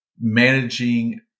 managing